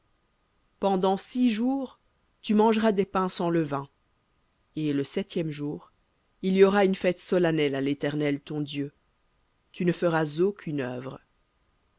pendant six jours tu mangeras des pains sans levain et le septième jour il y aura une fête solennelle à l'éternel ton dieu tu ne feras aucune œuvre